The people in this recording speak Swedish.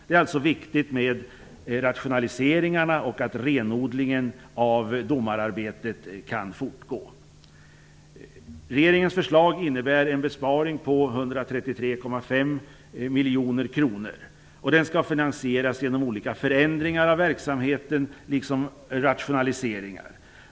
Det är alltså viktigt med rationaliseringarna och att renodlingen av domararbetet kan fortgå. miljoner kronor, och den skall finansieras genom olika förändringar av verksamheten liksom rationaliseringar.